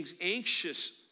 anxious